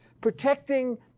protecting